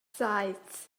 saets